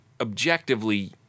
objectively